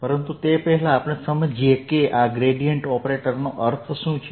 પરંતુ તે પહેલાં આપણે સમજીએ કે આ ગ્રેડીયેંટ ઓપરેટરનો અર્થ શું છે